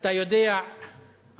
אתה יודע ערבית: